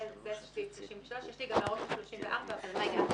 זה לגבי סעיף 33. יש לי גם הערות לסעיף 34. אני אענה